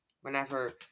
whenever